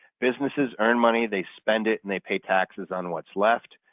businesses earn money, they spend it and they pay taxes on what's left,